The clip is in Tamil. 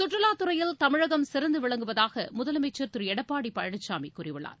கற்றுலாத்துறையில் தமிழகம் சிறந்து விளங்குவதாக முதலமைச்சர் திரு எடப்பாடி பழனிசாமி கூறியுள்ளார்